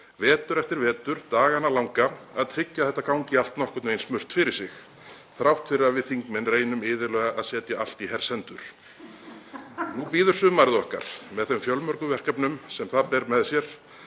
vetur eftir vetur dagana langa að tryggja að þetta gangi allt nokkurn veginn smurt fyrir sig þrátt fyrir að við þingmenn reynum iðulega að setja allt í hers hendur. Nú bíður sumarið okkar með þeim fjölmörgu verkefnum sem það ber með sér.